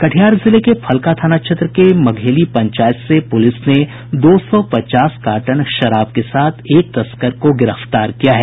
कटिहार जिले के फलका थाना क्षेत्र के मघेली पंचायत से पुलिस ने दो सौ पचास कार्टन शराब के साथ एक तस्कर को गिरफ्तार किया है